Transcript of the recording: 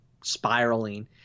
spiraling